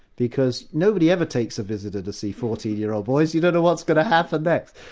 because nobody ever takes a visitor to see fourteen year old boys, you don't know what's going to happen next.